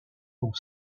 pour